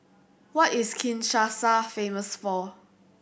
what is Kinshasa famous for